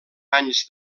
anys